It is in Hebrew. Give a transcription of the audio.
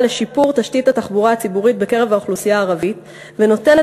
לשיפור תשתיות התחבורה הציבורית בקרב האוכלוסייה הערבית ונותנת